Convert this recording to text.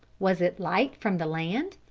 was it light from the land?